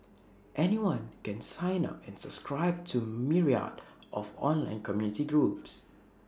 anyone can sign up and subscribe to myriad of online community groups